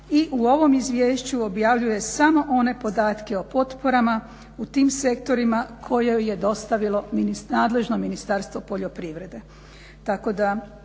i u ovom izvješću objavljuje samo one podatke o potporama u tim sektorima kojoj je dostavilo nadležno Ministarstvo poljoprivrede.